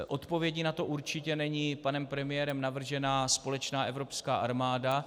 Odpovědí na to určitě není panem premiérem navržená společná evropská armáda.